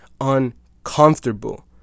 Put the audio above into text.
uncomfortable